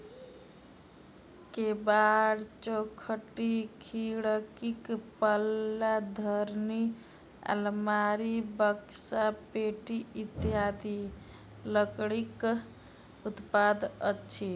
केबाड़, चौखटि, खिड़कीक पल्ला, धरनि, आलमारी, बकसा, पेटी इत्यादि लकड़ीक उत्पाद अछि